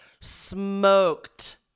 smoked